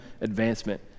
advancement